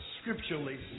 scripturally